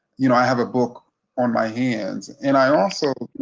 you know i have a book on my hands. and i also,